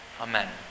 Amen